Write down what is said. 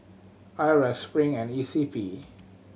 IRAS Spring and E C P